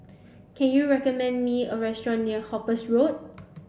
can you recommend me a restaurant near Hooper's Road